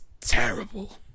terrible